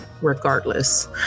regardless